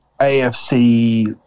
AFC